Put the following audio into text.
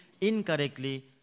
incorrectly